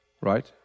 right